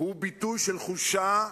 הוא ביטוי של חולשה,